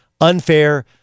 unfair